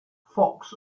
fox